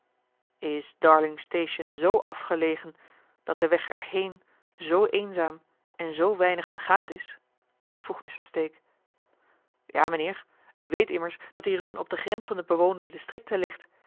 darlingstation zoo afgelegen dat de weg er heen zoo eenzaam en zoo weinig gebaand is vroeg mr stake ja mijnheer u weet immers dat die run op de grens van de bewoonde districten ligt